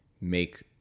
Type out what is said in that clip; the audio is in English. make